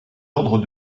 ordres